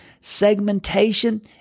Segmentation